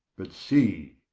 but see,